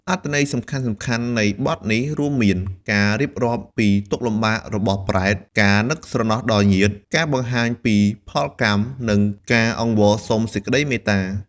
អត្ថន័យសំខាន់ៗនៃបទនេះរួមមាន ការរៀបរាប់ពីទុក្ខលំបាករបស់ប្រេត ការនឹកស្រណោះដល់ញាតិ ការបង្ហាញពីផលកម្ម និងការអង្វរសុំសេចក្តីមេត្តា។